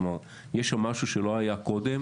כלומר, יש שם משהו שלא היה קודם,